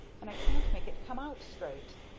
and i can't make it come out straight.